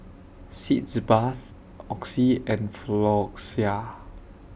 Sitz Bath Oxy and Floxia